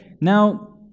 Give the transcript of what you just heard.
Now